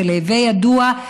ולהווי ידוע,